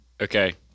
Okay